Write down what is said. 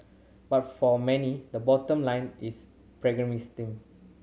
but for many the bottom line is pragmatism